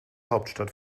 hauptstadt